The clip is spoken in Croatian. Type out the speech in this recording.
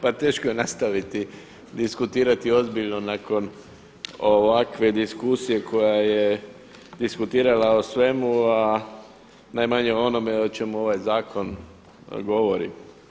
Pa teško je nastaviti diskutirati ozbiljno nakon ovakve diskusije koja je diskutirala o svemu, a najmanje o onome o čemu ovaj zakon govori.